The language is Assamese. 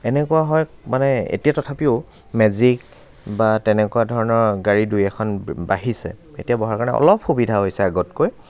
এনেকুৱা হয় মানে এতিয়া তথাপিও মেজিক বা তেনেকুৱা ধৰণৰ গাড়ী দুই এখন বাঢ়িছে এতিয়া বঢ়াৰ কাৰণে অলপ সুবিধা হৈছে আগতকৈ